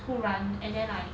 突然 and then like